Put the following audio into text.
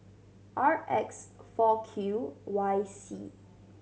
R X four Q Y C